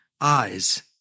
eyes